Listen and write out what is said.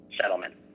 settlement